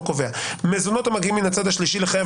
קובע: "מזונות או מגיעים מן הצד השלישי לחייב,